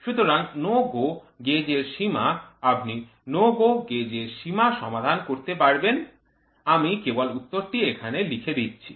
সুতরাং NO GO gauge এর সীমা আপনি NO GO gauge এর সীমা সমাধান করতে পারবেন আমি কেবল উত্তরটি এখানে লিখে দিচ্ছি